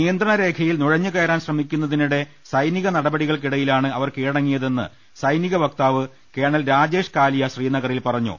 നിയന്ത്ര്ണരേഖയിൽ നുഴഞ്ഞ്കയറാൻ ശ്രമിക്കുന്നതിനിടെ സൈനിക നടപടികൾക്കിടയിലാണ് അവർ കീഴടങ്ങി യതെന്ന് സൈനിക വക്താക് കേണൽ രാജേഷ് കാലിയ് ശ്രീനഗറിൽ പറ ഞ്ഞു